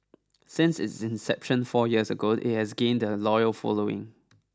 since its inception four years ago it has gained a loyal following